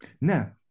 Now